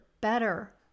better